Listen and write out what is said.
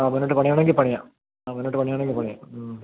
ആ മുന്നോട്ട് പണിയണമെങ്കിൽ പണിയാം ആ മുന്നോട്ട് പണിയണമെങ്കിൽ പണിയാം